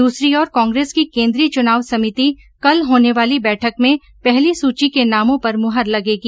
दूसरी ओर कांग्रेस की केंद्रीय चुनाव समिति कल होने वाली बैठक में पहली सूची के नामों पर मुहर लगेगी